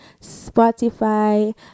Spotify